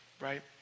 right